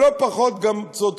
אבל לא פחות גם צודקים.